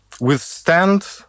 withstand